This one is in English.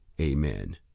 Amen